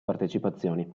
partecipazioni